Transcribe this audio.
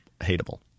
hateable